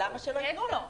למה שלא ייתנו לו?